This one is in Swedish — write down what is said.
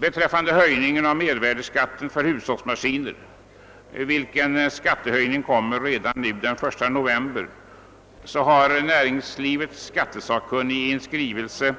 Beträffande höjningen av mervärdeskatten för hushållsmaskiner, vilken skall träda i kraft redan de 1 november, har industrins skattesakkunnige i en skrivelse